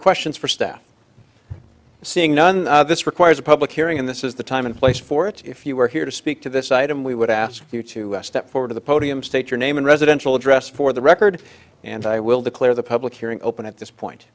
questions for staff seeing none this requires a public hearing and this is the time and place for it if you are here to speak to this item we would ask you to step forward of the podium state your name and residential address for the record and i will declare the public hearing open at this point